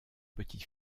petit